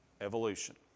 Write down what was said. Evolution